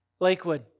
Lakewood